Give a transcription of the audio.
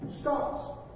starts